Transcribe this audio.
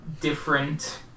different